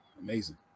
Amazing